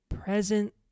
present